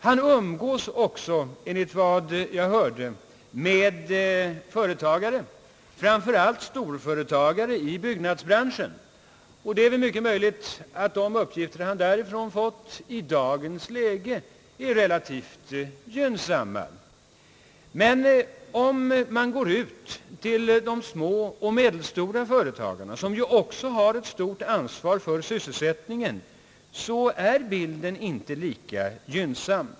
Han umgås också, enligt vad jag hörde, med företagare — framför allt storföretagare i byggnadsbranschen — och det är mycket möjligt att de uppgifter han därifrån fått i dagens läge är relativt gynnsamma. Men om man går ut till de små och medelstora företagen, som ju också har ett stort ansvar för sysselsättningen, är bilden inte lika gynnsam.